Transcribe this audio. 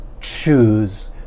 choose